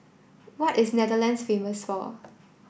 what is Netherlands famous for